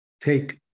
take